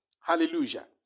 Hallelujah